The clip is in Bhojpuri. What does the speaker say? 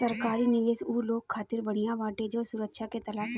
सरकारी निवेश उ लोग खातिर बढ़िया बाटे जे सुरक्षा के तलाश में बाटे